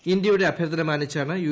ഇന്ത്യയുടെ അഭ്യർത്ഥന മാനിച്ചാണ് യു